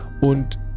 und